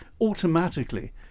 automatically